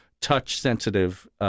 touch-sensitive